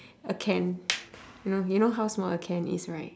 a can you know you know how small a can is right